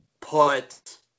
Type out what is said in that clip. put